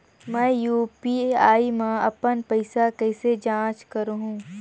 मैं यू.पी.आई मा अपन पइसा कइसे जांच करहु?